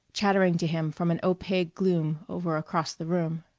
chattering to him from an opaque gloom over across the room.